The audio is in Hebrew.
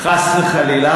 חס וחלילה.